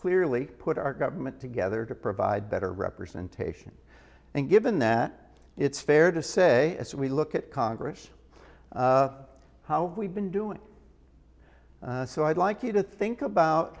clearly put our government together to provide better representation and given that it's fair to say as we look at congress how we've been doing so i'd like you to think about